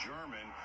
German